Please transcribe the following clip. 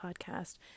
podcast